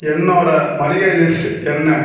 என்னோடய மளிகை லிஸ்ட் என்ன